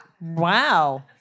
Wow